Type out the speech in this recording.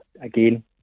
again